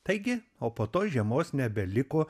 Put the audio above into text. taigi o po to žiemos nebeliko